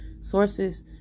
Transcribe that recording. Sources